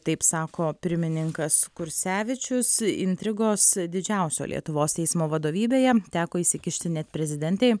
taip sako pirmininkas kursevičius intrigos didžiausio lietuvos teismo vadovybėje teko įsikišti net prezidentei